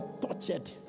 tortured